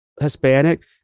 Hispanic